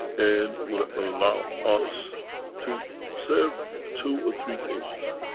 and will allow us to serve two or three things.